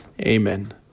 Amen